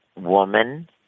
woman